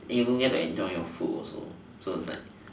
and you don't get to enjoy your food also so it's like